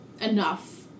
enough